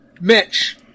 Mitch